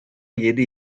yedi